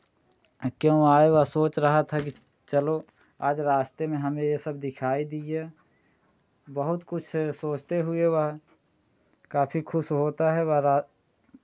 क्यों आए वह सोच रहा था कि चलो आज रास्ते में हमें ये सब दिखाई दिया बहुत कुछ सोचते हुए वह काफी खुश होता है वह